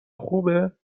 خوبه